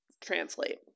translate